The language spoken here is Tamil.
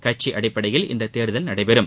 கட்சி அடிப்படையில் இந்த தேர்தல் நடைபெறும்